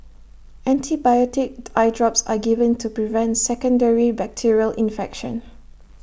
antibiotic eye drops are given to prevent secondary bacterial infection